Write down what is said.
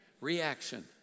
Reaction